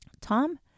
Tom